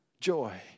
joy